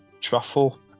truffle